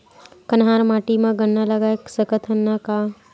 कन्हार माटी म गन्ना लगय सकथ न का?